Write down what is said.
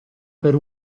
per